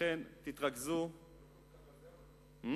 זה לא